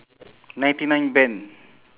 ninety nine bend